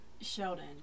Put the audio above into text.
Sheldon